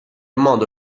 modo